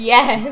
Yes